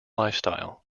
lifestyle